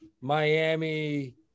Miami